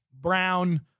brown